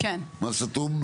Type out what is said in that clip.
מה סתום?